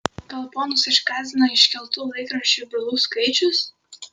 gal ponus išgąsdino iškeltų laikraščiui bylų skaičius